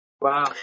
Wow